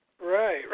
Right